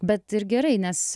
bet ir gerai nes